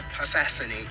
assassinate